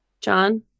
John